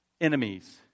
enemies